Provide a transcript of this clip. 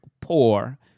poor